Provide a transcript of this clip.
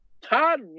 Todd